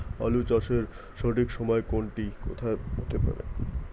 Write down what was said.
আলু চাষের সঠিক সময় কোন টি হতে পারে?